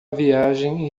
viagem